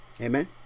Amen